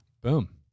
Boom